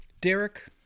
Derek